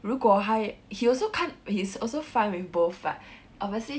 如果他也 he also can't he's also fine with both but obviously